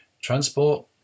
Transport